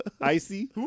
Icy